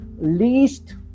least